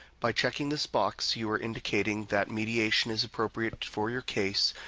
by checking this box, you are indicating that mediation is appropriate for your case,